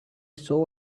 saw